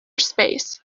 space